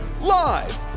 Live